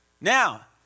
Now